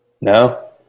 No